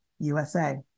USA